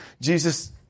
Jesus